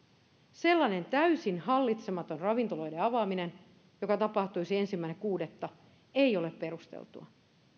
sellainen täysin hallitsematon ravintoloiden avaaminen joka tapahtuisi ensimmäinen kuudetta ei ole perusteltua